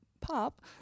pop